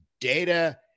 data